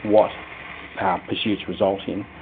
what pursuits result in,